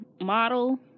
model